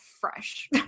fresh